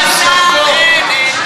אדוני השר, שאפו.